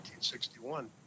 1961